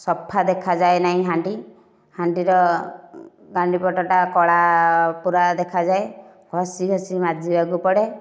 ସଫା ଦେଖାଯାଏ ନାହିଁ ହାଣ୍ଡି ହାଣ୍ଡିର ଗାଣ୍ଡି ପଟଟା କଳା ପୂରା ଦେଖାଯାଏ ଘଷି ଘଷି ମାଜିବାକୁ ପଡ଼େ